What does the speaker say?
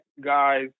guys